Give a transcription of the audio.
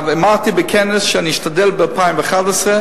אמרתי בכנס שאני אשתדל ב-2011,